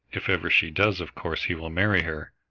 if ever she does, of course he will marry her.